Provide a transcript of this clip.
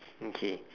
okay